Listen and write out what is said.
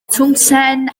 twngsten